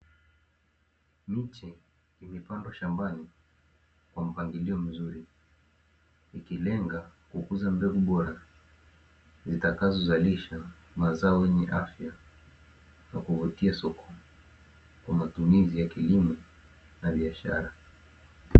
Miche imepandwa shambani kwa mpangilio mzuri ikilenga kukuza mbegu bora zitakazozalisha mazao yenye afya na kuvutia soko kwa matumizi ya kilimo na biashara.